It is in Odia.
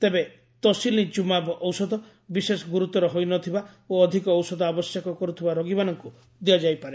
ତେବେ ତୋସିଲିଜୁମାବ ଔଷଧ ବିଶେଷ ଗୁରୁତର ହୋଇନଥିବା ଓ ଅଧିକ ଔଷଧ ଆବଶ୍ୟକ କରୁଥିବା ରୋଗୀମାନଙ୍କୁ ଦିଆଯାଇପାରେ